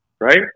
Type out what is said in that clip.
right